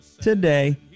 today